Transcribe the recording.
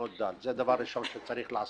אם אנחנו רוצים לקדם את האוכלוסייה הבדואית,